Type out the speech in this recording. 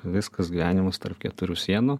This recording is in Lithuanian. viskas gyvenimas tarp keturių sienų